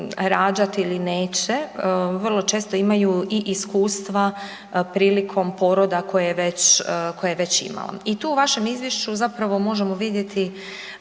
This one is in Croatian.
rađati ili neće, vrlo često imaju i iskustva prilikom poroda koje je već imala i tu u vašem izvješću zapravo možemo vidjeti